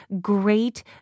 great